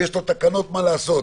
ויש תקנות מה לעשות,